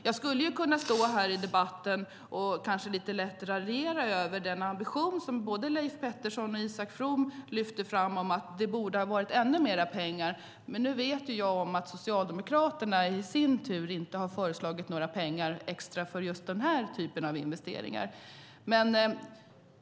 Jag skulle kunna stå här i debatten och lätt raljera över den ambition som både Leif Pettersson och Isak From lyfter fram om att det borde ha varit ännu mer pengar. Men nu vet jag att Socialdemokraterna i sin tur inte har föreslagit några extra pengar för just den typen av investeringar.